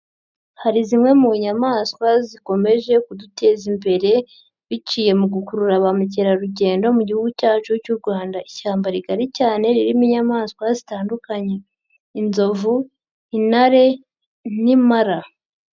Hari zimwe mu nyamaswa zikomeje kuduteza imbere biciye mu gukurura ba mukerarugendo mu gihugu cyacu cy'u Rwanda, ishyamba rigari cyane ririmo inyamaswa zitandukanye, inzovu, intare n'impara.